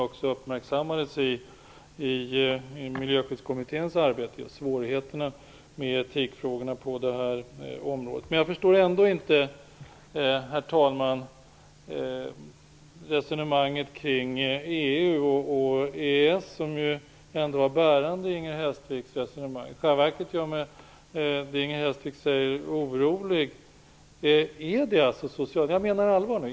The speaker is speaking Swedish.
Det uppmärksammades också i Miljöskyddskommitténs arbete, svårigheterna med etikfrågorna på detta område. Herr talman! Jag förstår ändå inte Inger Hestviks resonemang kring EU och EES, som ju är bärande. Det Inger Hestvik säger gör mig orolig. Jag menar allvar.